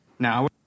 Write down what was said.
now